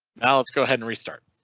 now, let's go ahead and restart.